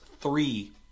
three